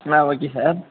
ah okay sir